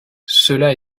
cela